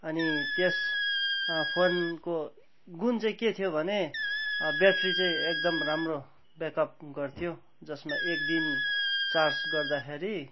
अनि त्यस फोनको गुण चाहिँ के थियो भने ब्याट्री चाहिँ एकदम राम्रो ब्याकप गर्थ्यो जसमा एकदिन चार्ज गर्दाखेरि